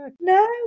No